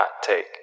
take